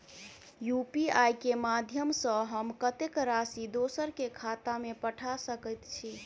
UPI केँ माध्यम सँ हम कत्तेक राशि दोसर केँ खाता मे पठा सकैत छी?